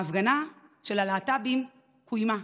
ההפגנה של הלהט"בים קוימה,